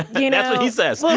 you know what he says.